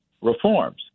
reforms